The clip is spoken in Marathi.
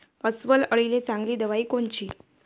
अस्वल अळीले चांगली दवाई कोनची?